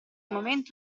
momento